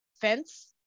fence